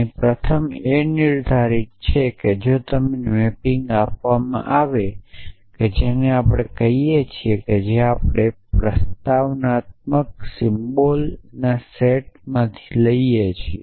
અહી પ્રથમ એ નિર્ધારિત છે કે જો તમને મેપિંગ આપવામાં આવે છે જેને આપણે કહીએ છીએ જે આપણે તમને પ્રસ્તાવનાત્મક સિમ્બલ્સના સેટમાંથી લઈએ છીએ